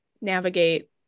navigate